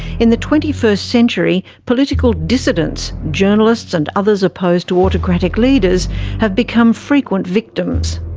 in the twenty first century political dissidents, journalists and others opposed to autocratic leaders have become frequent victims.